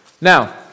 Now